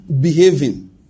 behaving